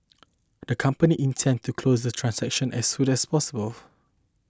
the company intends to close the transaction as soon as possible